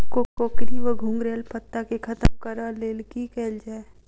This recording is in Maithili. कोकरी वा घुंघरैल पत्ता केँ खत्म कऽर लेल की कैल जाय?